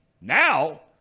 Now